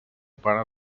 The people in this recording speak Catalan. pare